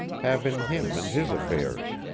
have in him and his affairs?